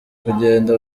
kugenda